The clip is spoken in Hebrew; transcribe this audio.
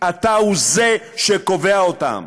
אתה הוא שקובע אותם.